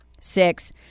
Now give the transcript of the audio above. six